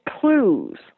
clues